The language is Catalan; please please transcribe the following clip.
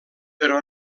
però